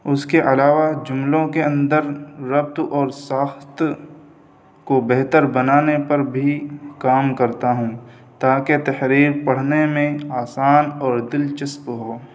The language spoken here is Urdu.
اس کے علاوہ جملوں کے اندر ربط اور ساخت کو بہتر بنانے پر بھی کام کرتا ہوں تاکہ تحریر پڑھنے میں آسان اور دلچسپ ہو